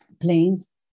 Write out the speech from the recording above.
planes